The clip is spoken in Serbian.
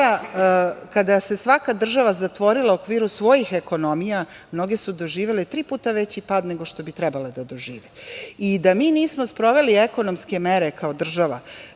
kada se svaka država zatvorila u okviru svojih ekonomija, mnoge su doživele tri puta veći pad nego što bi trebale da dožive. Da mi nismo sproveli ekonomske mere kao država